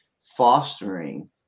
fostering